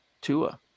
tua